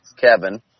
Kevin